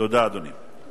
תודה, אדוני.